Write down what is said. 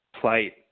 plight